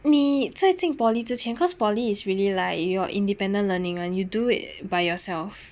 你在进 poly 之前 cause poly is really like you are independent learning [one] you do it by yourself